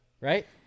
right